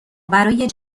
برای